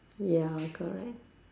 ya correct